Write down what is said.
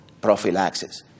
prophylaxis